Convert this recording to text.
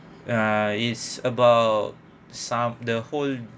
uh is about some the whole